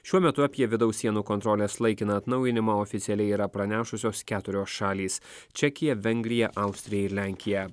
šiuo metu apie vidaus sienų kontrolės laikiną atnaujinimą oficialiai yra pranešusios keturios šalys čekija vengrija austrija ir lenkija